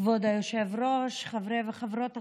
כבוד היושב-ראש, חברי וחברות הכנסת,